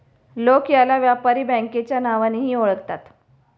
लोक याला व्यापारी बँकेच्या नावानेही ओळखतात